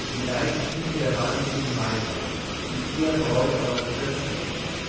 in die leichentücher der wahnsinnigen weiber die ihr bräute eures götzen nennt